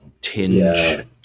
tinge